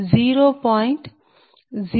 00008185